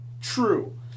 True